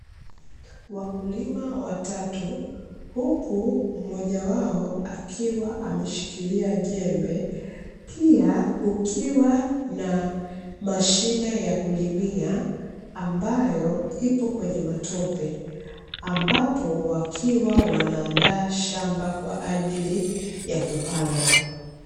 Wakulima watatu, huku mmoja wao akiwa ameshikilia jembe, pia kukiwa na mashine ya kulimia, ambayo ipo kwenye matope, ambapo wakiwa wanaandaa shamba kwa ajili ya kupanda.